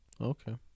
Okay